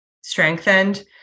strengthened